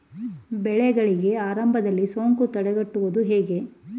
ಬೆಳೆಗಳಿಗೆ ಆರಂಭದಲ್ಲಿ ಸೋಂಕು ತಡೆಗಟ್ಟುವುದು ಹೇಗೆ?